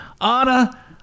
anna